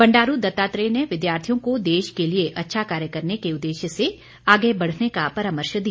बंडारू दत्तात्रेय ने विद्यार्थियों को देश के लिए अच्छा कार्य करने के उद्देश्य से आगे बढ़ने का परामर्श दिया